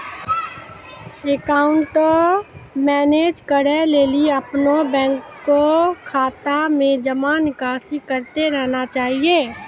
account manage करै लेली अपनो बैंक खाता मे जमा निकासी करतें रहना चाहि